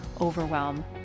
overwhelm